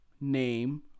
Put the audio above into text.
name